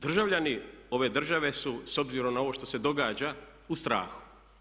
Državljani ove države su s obzirom na ovo što se događa u strahu.